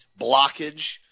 blockage